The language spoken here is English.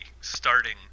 starting